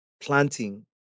Planting